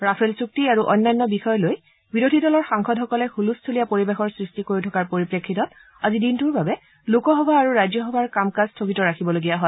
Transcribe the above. Rafale চুক্তি আৰু অন্যান্য বিষয় লৈ বিৰোধী দলৰ সাংসদসকলে হুলস্থূলীয়া পৰিবেশৰ সৃষ্টি কৰি থকাৰ পৰিপ্ৰেক্ষিতত আজি দিনটোৰ বাবে লোকসভা আৰু ৰাজ্যসভাৰ কাম কাজ স্থগিত ৰাখিবলগীয়া হয়